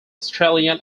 australian